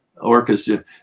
orchestra